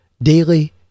daily